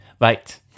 Right